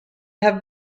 have